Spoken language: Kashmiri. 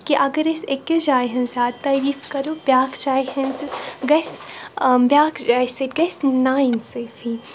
کہِ اَگر أسۍ أکِس جایہِ ہنٛز زِیٛادٕ تٲرِیٖف کَرو بیٛاکھ جایہِ ہِنٛزِ گَژھِ بیٛاکھ جایہِ سٟتۍ گَژھِ نااِنصٲفی